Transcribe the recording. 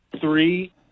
three